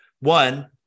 One